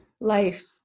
life